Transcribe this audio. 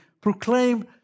proclaim